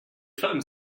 femmes